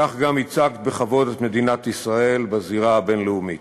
כך גם ייצגת בכבוד את מדינת ישראל בזירה הבין-לאומית.